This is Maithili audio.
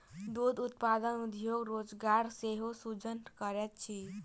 दूध उत्पादन उद्योग रोजगारक सेहो सृजन करैत अछि